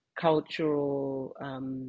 cultural